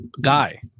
guy